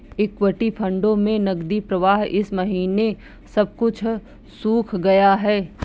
equity फंडों में नकदी प्रवाह इस महीने सब कुछ सूख गया है